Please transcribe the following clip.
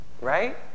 Right